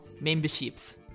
memberships